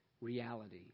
reality